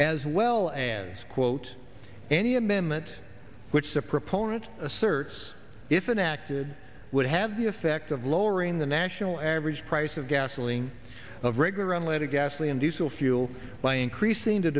as well as quote any amendment which the proponents asserts if an acted would have the effect of lowering the national average price of gasoline of regular unleaded gasoline diesel fuel by increasing the